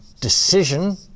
decision